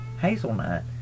hazelnut